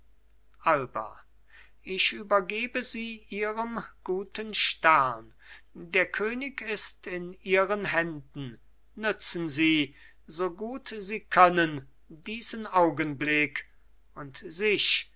alba ich übergebe sie ihrem guten stern der könig ist in ihren händen nützen sie so gut sie können diesen augenblick und sich